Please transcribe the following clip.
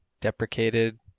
deprecated